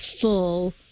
full